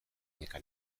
neka